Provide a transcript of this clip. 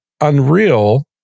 Unreal